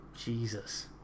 Jesus